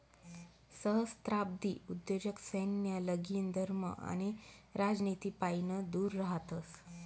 सहस्त्राब्दी उद्योजक सैन्य, लगीन, धर्म आणि राजनितीपाईन दूर रहातस